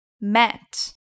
met